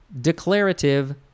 declarative